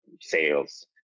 sales